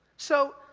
so,